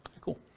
Cool